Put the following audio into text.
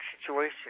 situation